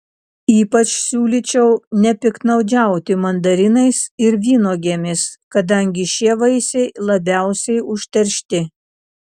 ypač siūlyčiau nepiktnaudžiauti mandarinais ir vynuogėmis kadangi šie vaisiai labiausiai užteršti